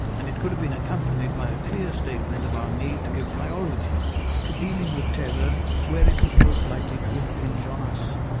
and it could have been accompanied by a clear statement of our need to give priority to dealing with terror where it was most likely to impinge on us,